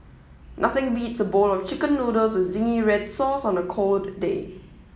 nothing beats a bowl of chicken noodles with zingy red sauce on a cold day